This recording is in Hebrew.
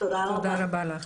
תודה רבה לך.